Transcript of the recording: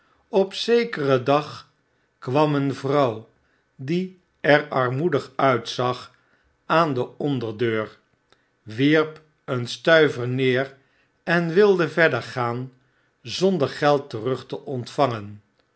op zekeren dag kwam een vrouw die er armoedig uitzag aan de onderdeur wierp een stuiver neer en wilde verder gaan zonder geld terug te ontvangen